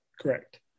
Correct